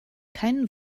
keinen